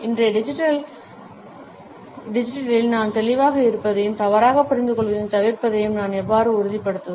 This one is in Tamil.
இன்றைய டிஜிட்டலில் நான் தெளிவாக இருப்பதையும் தவறாகப் புரிந்து கொள்வதைத் தவிர்ப்பதையும் நான் எவ்வாறு உறுதிப்படுத்துவது